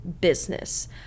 business